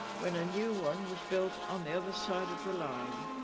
when a new one was built on the other side of the line